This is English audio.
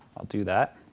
i'll do that.